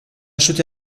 acheté